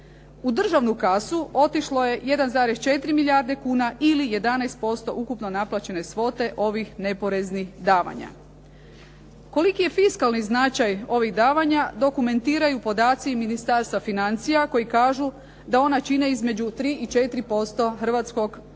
U državnu kasu otišlo je 1,4 milijarde kuna ili 11% ukupno naplaćene svote ovih neporeznih davanja. Koliki je fiskalni značaj ovih davanja dokumentiraju i podaci i Ministarstva financija koji kažu da ona čine između tri i četiri posto